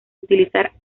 utilizar